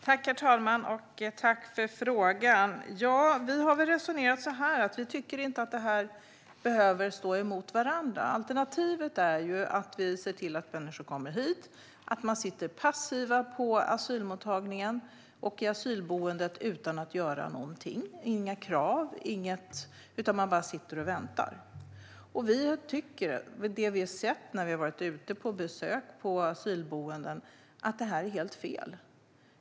Herr talman! Tack, Paula Bieler, för frågan! Vi tycker inte att detta behöver stå mot vartannat. Alternativet är att människor som kommer hit får sitta passiva på asylmottagningen eller asylboendet utan att göra något. Man har inga krav på dem, utan de bara sitter och väntar. När vi har varit ute på asylboenden har vi kunnat se att detta är helt fel.